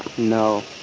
no,